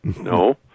no